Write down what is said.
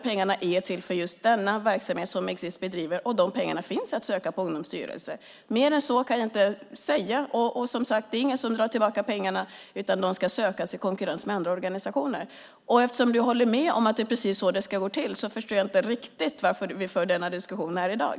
Pengarna är till för just den verksamhet som Exit bedriver, och de finns att söka hos Ungdomsstyrelsen. Mer än så kan jag inte säga. Som sagt: Det är ingen som drar tillbaka pengarna, utan de ska sökas i konkurrens med andra organisationer. Eftersom du håller med om att det är precis så det ska gå till förstår jag inte riktigt varför vi för denna diskussion här i dag.